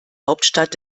hauptstadt